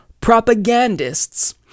propagandists